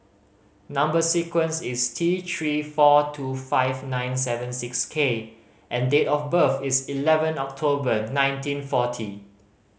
number sequence is T Three four two five nine seven six K and date of birth is eleven October nineteen forty